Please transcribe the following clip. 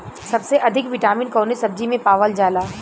सबसे अधिक विटामिन कवने सब्जी में पावल जाला?